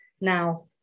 now